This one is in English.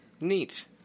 Neat